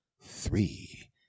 three